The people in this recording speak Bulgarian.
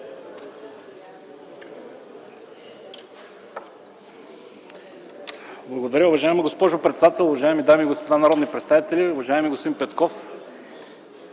Благодаря, уважаема госпожо председател. Уважаеми дами и господа народни представители, уважаеми господин Петков!